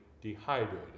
dehydrated